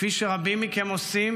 כפי שרבים מכם עושים,